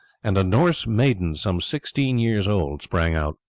and a norse maiden some sixteen years old sprang out.